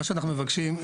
מה שאנחנו מבקשים,